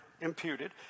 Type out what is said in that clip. imputed